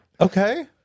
Okay